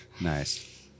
nice